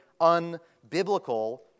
unbiblical